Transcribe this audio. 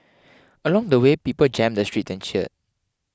along the way people jammed the street and cheered